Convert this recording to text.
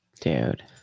Dude